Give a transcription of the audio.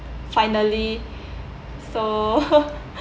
finally so